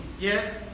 Yes